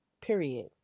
period